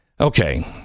Okay